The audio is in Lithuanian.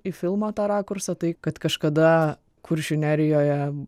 į filmą tą rakursą tai kad kažkada kuršių nerijoje